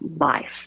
life